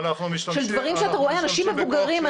של דברים שאתה רואה אנשים מבוגרים,